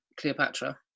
Cleopatra